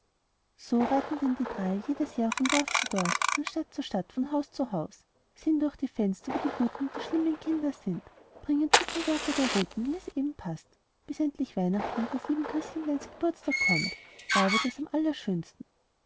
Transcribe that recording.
so reiten denn die drei jedes jahr von dorf zu dorf von stadt zu stadt von haus zu haus sehen durch die fenster wo die guten und die schlimmen kinder sind bringen zuckerwerk oder ruten wie es eben paßt bis endlich weihnachten des lieben christkindleins geburtstag kommt da wird es am allerschönsten